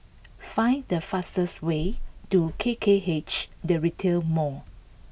find the fastest way to K K H The Retail Mall